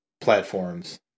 platforms